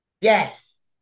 Yes